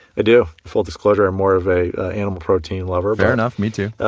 do. full disclosure, i'm more of a animal protein lover. fair enough. me too.